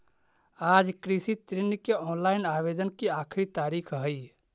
आज कृषि ऋण के ऑनलाइन आवेदन की आखिरी तारीख हई